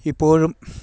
ഇപ്പോഴും